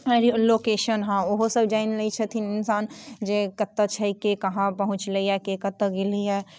अरे लोकेशन हँ ओहो सभ जानि लै छथिन इन्सान जे कतऽ छै के कहाँ पहुँचलैया के कतऽ गेलैया